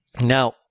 Now